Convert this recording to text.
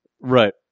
Right